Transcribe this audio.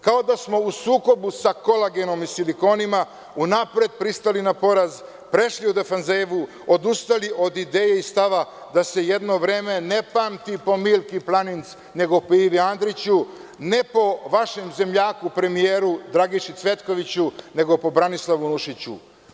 Kao da smo u sukobu sa kolagenom i silikonima unapred pristali na poraz, prešli u defanzivu, odustali od ideje i stava da se jedno vreme ne pamti po Milki Planinc nego po Ivi Andriću, ne po vašem zemljaku premijeru Dragiši Cvetkoviću nego po Branislavu Nušiću.